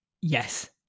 Yes